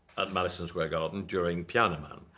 at madison square garden, during piano man.